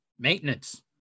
Maintenance